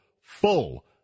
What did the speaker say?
full